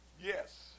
Yes